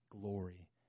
glory